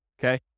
okay